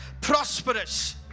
prosperous